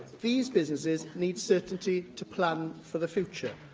these businesses need certainty to plan for the future.